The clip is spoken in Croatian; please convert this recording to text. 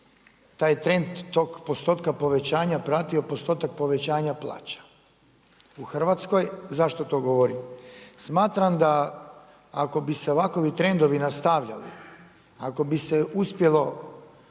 taj trend tog postotka povećanja pratio postotak povećanja plaća u Hrvatskoj? Zašto to govorim? Smatram da ako bi se ovakovi trendovi nastavljali, ako bi se uspjelo